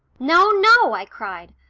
no, no, i cried.